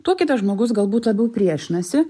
tuo kitas žmogus galbūt labiau priešinasi